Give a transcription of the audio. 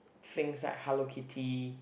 things like Hello Kitty